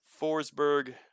Forsberg